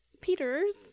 Peter's